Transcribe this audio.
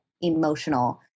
emotional